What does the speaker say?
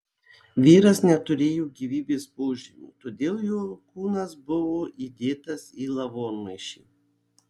vyras neturėjo gyvybės požymių todėl jo kūnas buvo įdėtas į lavonmaišį